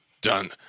done